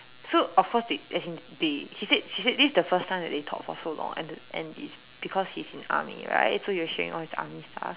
so of course they as in they she said she said this is the first time that they talked for so long and the and it's because he's in army right so he was sharing all his army stuff